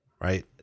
right